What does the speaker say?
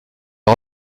lui